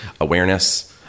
awareness